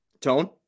Tone